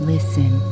listen